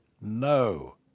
no